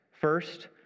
First